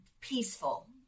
peaceful